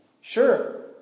Sure